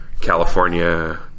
California